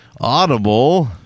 audible